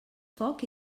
foc